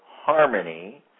harmony